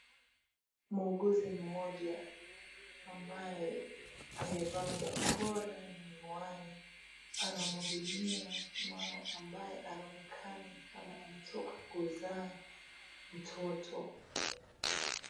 Muuguzi mmoja ambaye amevaa barakoa na miwani, anamuhudumia mama ambaye anaonekana ni kama ametoka kuzaa mtoto.